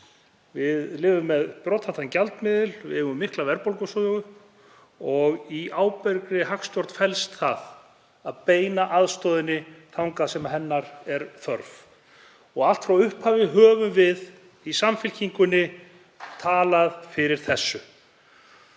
Við erum með brothættan gjaldmiðil, við eigum mikla verðbólgusögu og í ábyrgri hagstjórn felst að beina aðstoðinni þangað sem hennar er þörf. Allt frá upphafi höfum við í Samfylkingunni talað fyrir þessu.